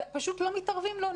ופשוט לא מתערבים לו,